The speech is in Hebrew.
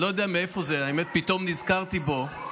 אני לא יודע מאיפה זה, האמת, פתאום נזכרתי בו.